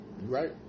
Right